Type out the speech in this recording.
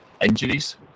injuries